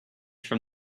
from